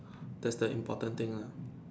that's the important thing lah